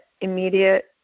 immediate